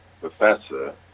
professor